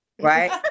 right